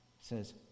says